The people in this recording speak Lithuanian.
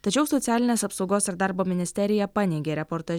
tačiau socialinės apsaugos ir darbo ministerija paneigė reportaže